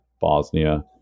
Bosnia